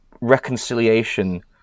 reconciliation